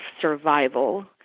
survival